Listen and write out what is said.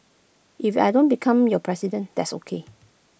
if I don't become your president that's ok